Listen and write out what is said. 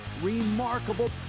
remarkable